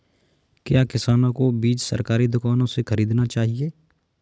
क्या किसानों को बीज सरकारी दुकानों से खरीदना चाहिए?